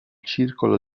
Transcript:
circolo